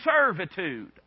servitude